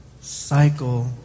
cycle